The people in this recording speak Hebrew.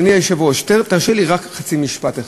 אדוני היושב-ראש, תרשה לי רק חצי משפט אחד.